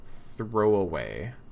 throwaway